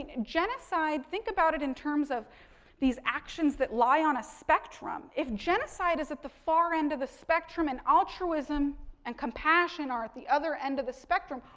and genocide, think about it in terms of these actions that lie on a spectrum, if genocide is at the far end of the spectrum and altruism and compassion are at the other end of the spectrum,